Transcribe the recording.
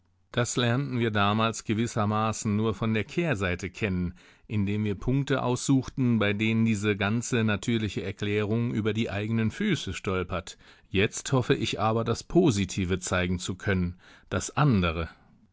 das lernten wir damals gewissermaßen nur von der kehrseite kennen indem wir punkte aussuchten bei denen diese ganze natürliche erklärung über die eigenen füße stolpert jetzt hoffe ich aber das positive zeigen zu können das andere